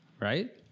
right